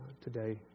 today